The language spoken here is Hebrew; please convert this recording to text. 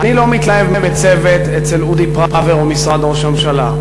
אני לא מתלהב מצוות אצל אודי פראוור או משרד ראש הממשלה.